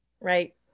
right